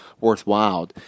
worthwhile